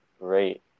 great